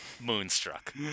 Moonstruck